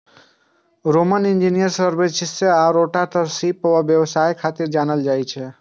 Roman engineer Sergius Orata के सीप के व्यवसाय खातिर जानल जाइ छै